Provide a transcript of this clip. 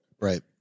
right